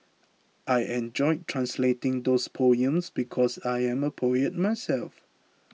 I enjoyed translating those poems because I am a poet myself